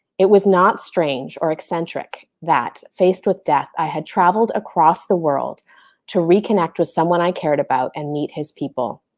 it was not strange or excentric that, faced with death i had traveled across the world to reconnect with someone i cared about and meet his people.